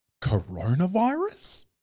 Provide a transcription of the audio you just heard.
coronavirus